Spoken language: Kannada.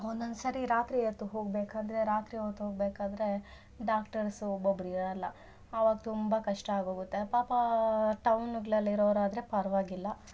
ಒಂದೊಂದ್ ಸರಿ ರಾತ್ರಿ ಎದ್ದು ಹೊಗಬೇಕಾದ್ರೆ ರಾತ್ರಿ ಹೊತ್ ಹೋಗ್ಬೇಕಾದ್ರೆ ಡಾಕ್ಟರ್ಸು ಒಬ್ಬೊಬ್ರು ಇರಲ್ಲ ಆವಾಗ ತುಂಬ ಕಷ್ಟ ಆಗೋಗುತ್ತೆ ಪಾಪ ಟೌನುಗ್ಳಲ್ಲಿ ಇರೋರಾದರೆ ಪರವಾಗಿಲ್ಲ